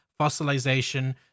fossilization